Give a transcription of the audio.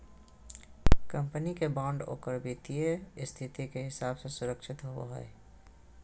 company के bond ओकर वित्तीय स्थिति के हिसाब से सुरक्षित होवो हइ